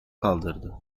kaldırdı